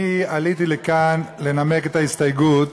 אני עליתי לכאן לנמק את ההסתייגות,